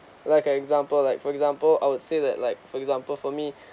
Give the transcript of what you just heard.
like a example like for example I would say that like for example for me